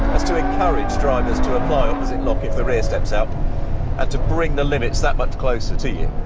to encourages drivers to apply opposite lock if the rear steps out and to bring the limits that much closer to you.